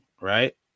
right